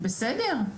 בסדר,